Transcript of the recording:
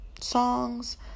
songs